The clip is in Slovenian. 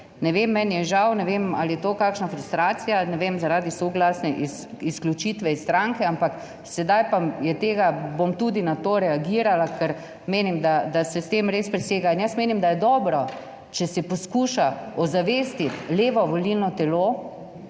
ne vem, meni je žal, ne vem ali je to kakšna frustracija, ne vem, zaradi soglasne izključitve iz stranke, ampak sedaj pa je tega, bom tudi na to reagirala, ker menim, da se s tem res presega. Jaz menim, da je dobro, če se poskuša ozavestiti levo volilno telo,